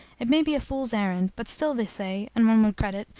it may be a fool's errand, but still they say, and one would credit,